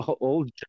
old